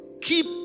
keep